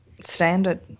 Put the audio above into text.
standard